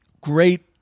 Great